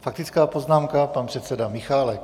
Faktická poznámka pan předseda Michálek.